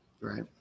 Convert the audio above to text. Right